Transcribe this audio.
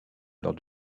lors